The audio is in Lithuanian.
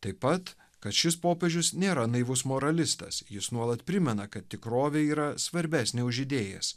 taip pat kad šis popiežius nėra naivus moralistas jis nuolat primena kad tikrovė yra svarbesnė už idėjas